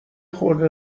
خورده